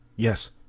Yes